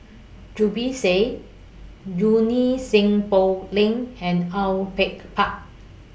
Zubir Said Junie Sng Poh Leng and Au Yue Pak